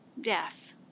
death